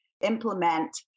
implement